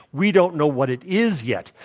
we don't know what it is yet.